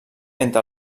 entre